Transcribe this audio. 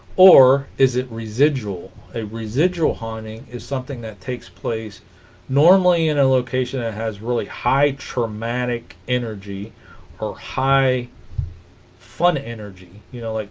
or is it residual a residual haunting is something that takes place normally in a location that ah has really high traumatic energy or high fun energy you know like